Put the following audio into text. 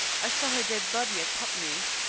i saw her dead body at putney.